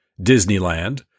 Disneyland